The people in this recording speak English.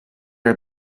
are